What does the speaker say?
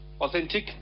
authentic